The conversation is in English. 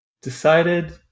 decided